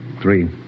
Three